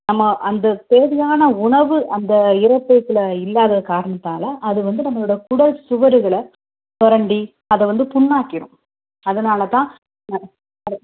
நம்ம அந்த தேவையான உணவு அந்த இரைப்பைக்குள்ளே இல்லாத காரணத்தால் அது வந்து நம்மளோடய குடல் சுவர்கள சுரண்டி அதை வந்து புண்ணாக்கிவிடும் அதனால் தான் நான் கரட்